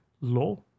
law